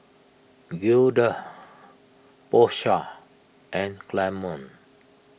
Gilda Porsha and Clemon